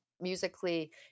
musically